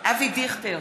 אבי דיכטר,